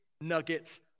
nuggets